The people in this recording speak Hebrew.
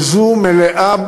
וזו מלאה,